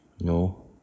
No